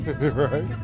Right